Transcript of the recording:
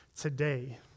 today